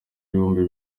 ibihumbi